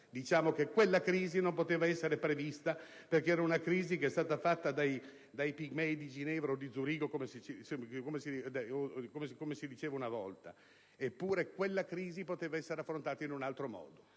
Diciamo che quella crisi non poteva essere prevista, perché era una crisi generata dai pigmei di Ginevra o di Zurigo, come si diceva una volta. Eppure quella crisi poteva essere affrontata in un altro modo.